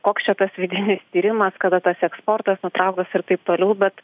koks čia tas vidinis tyrimas kada tas eksportas nutrauktas ir taip toliau bet